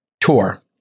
tour